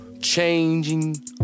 changing